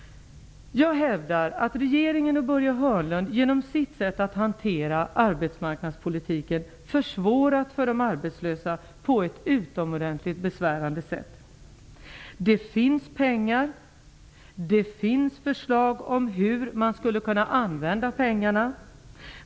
Jag hävdar att regeringen och Börje Hörnlund genom sitt sätt att hantera arbetsmarknadspolitiken har försvårat för de arbetslösa på ett utomordentligt besvärande sätt. Det finns pengar. Det finns förslag om hur pengarna skulle kunna användas.